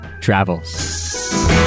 travels